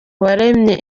waremye